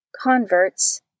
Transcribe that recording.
converts